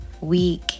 weak